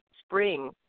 spring